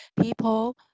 people